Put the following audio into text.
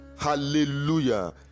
Hallelujah